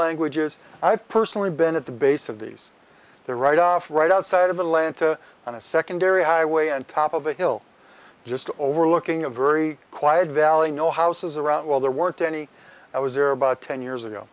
languages i've personally been at the base of these the right off right outside of atlanta and a secondary highway on top of a hill just overlooking a very quiet valley no houses around well there weren't any i was there about ten years ago